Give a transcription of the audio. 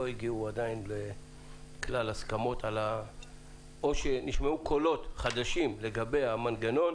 הגיעו עדיין להסכמות או שנשמעו קולות חדשים לגבי המנגנון